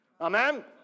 Amen